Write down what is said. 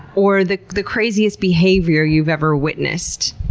or the the craziest behavior you've ever witnessed?